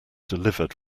delivered